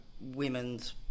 women's